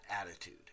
attitude